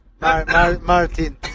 Martin